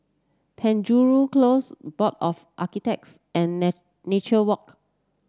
Penjuru Close Board of Architects and Nature Walk